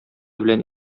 белән